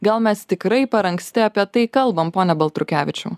gal mes tikrai per anksti apie tai kalbam pone baltrukevičiau